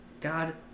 God